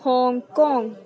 Hong Kong